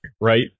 right